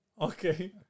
Okay